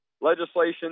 legislation